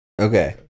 Okay